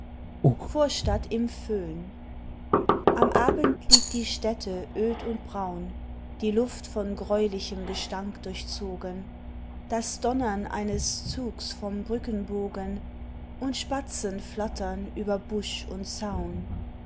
vorstadt im föhn am abend liegt die stätte öd und braun die luft von gräulichem gestank durchzogen das donnern eines zugs vom brückenbogen und spatzen flattern über busch und zaun